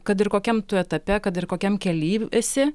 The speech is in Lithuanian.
kad ir kokiam tu etape kad ir kokiam kely esi